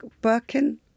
Birkin